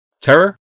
Terror